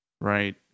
right